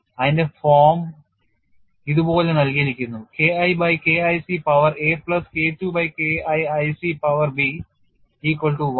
അതിന്റെ ഫോം ഇതുപോലെ നൽകിയിരിക്കുന്നു K I by K IC power a plus K II by K IIC power b equal to 1